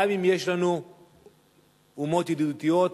גם אם יש לנו אומות ידידותיות